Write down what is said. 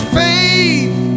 faith